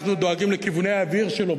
אנחנו דואגים לכיווני האוויר שלו,